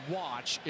watch